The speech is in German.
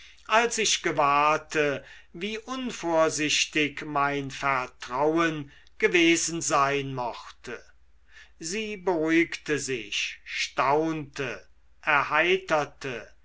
als ich gewahrte wie unvorsichtig mein vertrauen gewesen sein mochte sie beruhigte sich staunte erheiterte